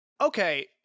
okay